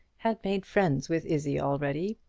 had made friends with izzie already,